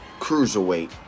Cruiserweight